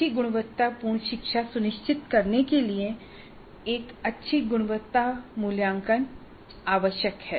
अच्छी गुणवत्तापूर्ण शिक्षा सुनिश्चित करने के लिए एक अच्छी गुणवत्ता मूल्यांकन आवश्यक है